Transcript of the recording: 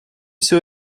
все